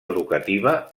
educativa